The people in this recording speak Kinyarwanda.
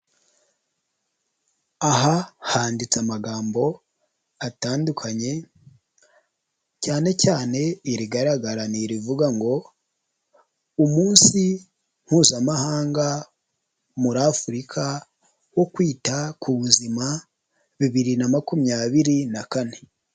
Aha handitse amagambo atandukanye cyane cyane irigaragara ni irivuga ngo umunsi mpuzamahanga muri afurika wo kwita ku buzima bibiri na makumyabiri na kane.